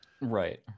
Right